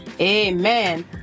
Amen